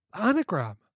Anagram